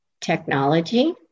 technology